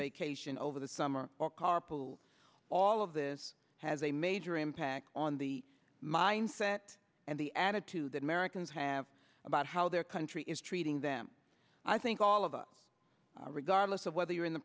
kasian over the summer or carpool all of this has a major impact on the mindset and the attitude that americans have about how their country is treating them i think all of us regardless of whether you're in the